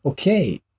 Okay